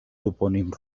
topònim